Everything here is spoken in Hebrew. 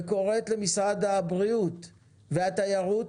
וקוראת למשרד הבריאות ולמשרד התיירות